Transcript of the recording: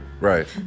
right